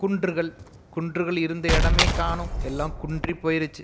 குன்றுகள் குன்றுகள் இருந்த இடமே காணும் எல்லாம் குன்றி போயிருச்சு